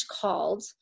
called